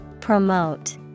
Promote